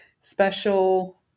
Special